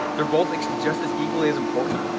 they're both just as equally as important.